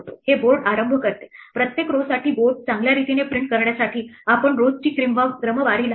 हे बोर्ड आरंभ करते प्रत्येक row साठी बोर्ड चांगल्या रीतीने प्रिंट करण्यासाठी आपण rows ची क्रमवारी लावतो